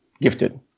gifted